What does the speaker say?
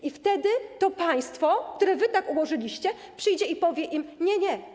I wtedy to państwo, które wy tak ułożyliście, przyjdzie i powie im: nie, nie.